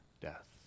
death